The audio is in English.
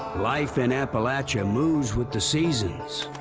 life in appalachia moves with the seasons,